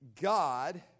God